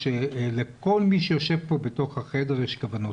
של תרומות